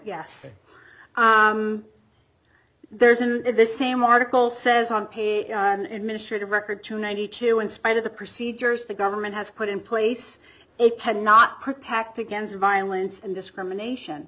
yes there isn't the same article says it minister to record to ninety two in spite of the procedures the government has put in place it cannot protect against violence and discrimination